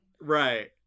Right